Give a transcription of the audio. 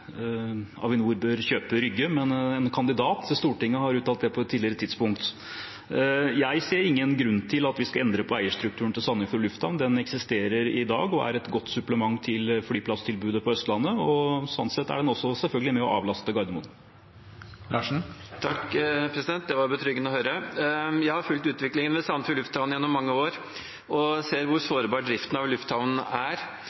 Avinor bør kjøpe Rygge, men en kandidat til Stortinget har uttalt det på et tidligere tidspunkt. Jeg ser ingen grunn til at vi skal endre på eierstrukturen for Sandefjord lufthavn. Den eksisterer i dag og er et godt supplement til flyplasstilbudet på Østlandet, og sånn sett er den selvfølgelig også med og avlaster Gardermoen. Det var betryggende å høre. Jeg har fulgt utviklingen ved Sandefjord lufthavn gjennom mange år og ser hvor sårbar driften av lufthavnen er.